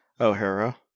O'Hara